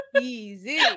Easy